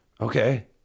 okay